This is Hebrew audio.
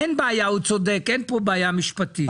אין פה בעיה משפטית.